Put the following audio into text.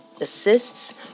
assists